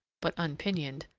but unpinioned,